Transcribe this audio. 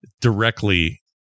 directly